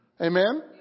Amen